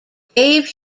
gave